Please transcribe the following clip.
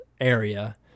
area